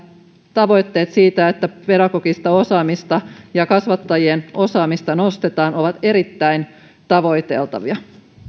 tavoitteet siitä että pedagogista osaamista ja kasvattajien osaamista nostetaan ovat erittäin tavoiteltavia